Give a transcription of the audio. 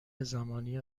زمانی